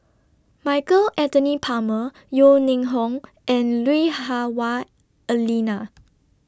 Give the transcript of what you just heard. Michael Anthony Palmer Yeo Ning Hong and Lui Hah Wah Elena